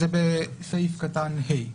זה בסעיף (ה).